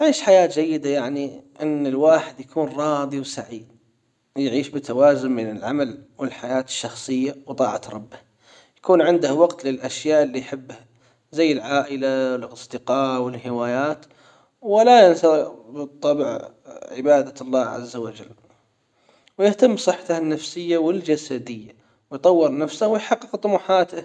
أعيش حياة جيدة يعني ان الواحد يكون راضي وسعيد ويعيش بتوازن بين العمل والحياة الشخصية وطاعة ربه يكون عنده وقت للاشياء اللي يحبها زي العائلة الاصدقاء والهوايات ولا ينسى بالطبع عبادة عز وجل ويتم صحته النفسية والجسدية ويطور نفسه ويحقق طموحاته.